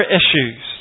issues